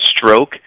stroke